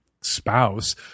spouse